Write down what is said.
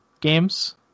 games